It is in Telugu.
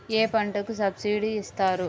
ఏ పంటకు సబ్సిడీ ఇస్తారు?